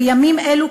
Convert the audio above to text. בימים אלו,